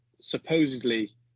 supposedly